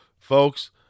Folks